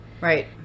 Right